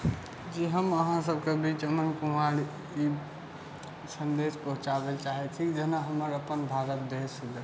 जी हम अहाँसबके बीचमे ई सन्देश पहुँचाबैलए चाहै छी जेना हमर अपन भारत देश भेलै